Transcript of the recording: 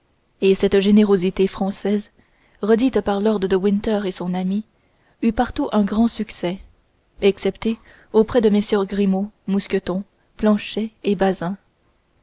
et cette générosité française redite par lord de winter et son ami eut partout un grand succès excepté auprès de mm grimaud mousqueton planchet et bazin